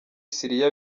siriya